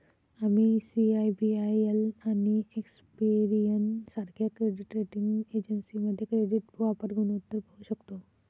आम्ही सी.आय.बी.आय.एल आणि एक्सपेरियन सारख्या क्रेडिट रेटिंग एजन्सीमध्ये क्रेडिट वापर गुणोत्तर पाहू शकतो